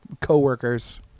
co-workers